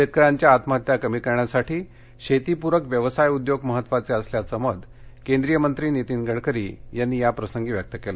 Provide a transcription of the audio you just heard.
शेतकऱ्यांच्या आत्महत्या कमी करण्यासाठी शेतीपूरक व्यवसाय उद्योग महत्त्वाचे असल्याचं मत केंद्रीय मंत्री नीतीन गडकरी यांनी याप्रसंगी व्यक्त केलं